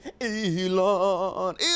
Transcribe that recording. elon